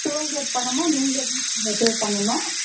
tollgate பணமும் நீங்களே தான் சார் பே பண்ணணும்